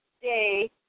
day